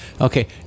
okay